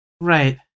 Right